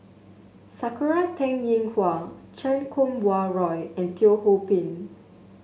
Sakura Teng Ying Hua Chan Kum Wah Roy and Teo Ho Pin